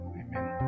amen